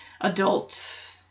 adult